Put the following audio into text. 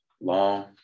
long